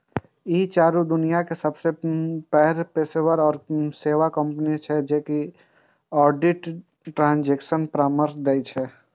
ई चारू दुनियाक सबसं पैघ पेशेवर सेवा कंपनी छियै जे ऑडिट, ट्रांजेक्शन परामर्श दै छै